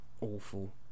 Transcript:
awful